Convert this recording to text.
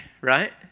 right